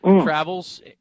travels